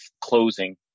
closing